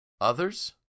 others